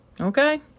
okay